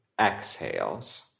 exhales